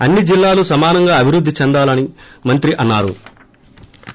అన్ని జిల్లాలు సమానంగా అభివృద్ధి చెందాలని మంత్రి అన్నారు